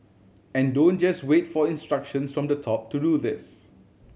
and don't just wait for instructions from the top to do this